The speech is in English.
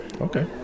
Okay